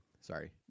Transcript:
sorry